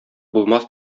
булмас